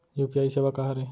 UPI सेवा का हरे?